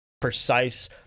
precise